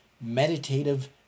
meditative